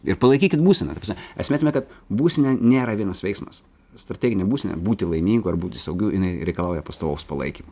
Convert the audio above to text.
ir palaikykit būseną ta prasme esmė tame kad būsena nėra vienas veiksmas strateginė būsena būti laimingu ar būti saugiu jinai reikalauja pastovaus palaikymo